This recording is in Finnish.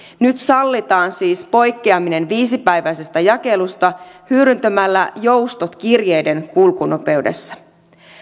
nyt sallitaan siis poikkeaminen viisipäiväisestä jakelusta hyödyntämällä joustot kirjeiden kulkunopeudessa